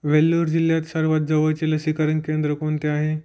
वेल्लोर जिल्हयात सर्वात जवळचे लसीकरण केंद्र कोणते आहे